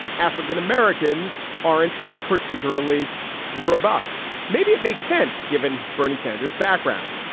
african-americans aren't particularly robust. maybe it makes sense given bernie sanders background.